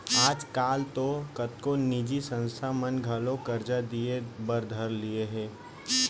आज काल तो कतको निजी संस्था मन घलौ करजा दिये बर धर लिये हें